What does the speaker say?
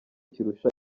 kurusha